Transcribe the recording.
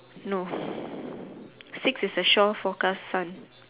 no six is a shore forecast sun